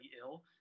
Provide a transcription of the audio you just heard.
ill